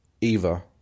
Eva